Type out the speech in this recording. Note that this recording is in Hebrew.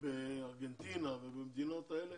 בארגנטינה ובמדינות האלה